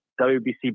WBC